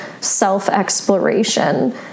self-exploration